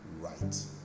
right